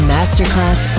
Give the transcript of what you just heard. Masterclass